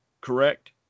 correct